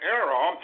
error